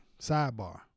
sidebar